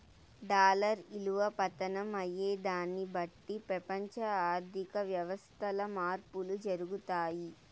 dollar ఇలువ పతనం అయ్యేదాన్ని బట్టి పెపంచ ఆర్థిక వ్యవస్థల్ల మార్పులు జరగతాయి